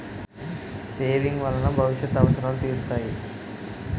saving వలన భవిష్యత్ అవసరాలు తీరుతాయి